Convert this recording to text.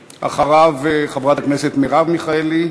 אחריו, חברת הכנסת מרב מיכאלי.